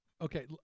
Okay